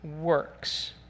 works